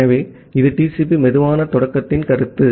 ஆகவே இது TCP slow ஸ்டார்ட்த்தின் கருத்து